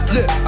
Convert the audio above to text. Look